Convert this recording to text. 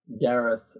Gareth